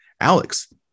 alex